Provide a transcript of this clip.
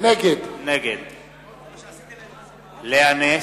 נגד לאה נס,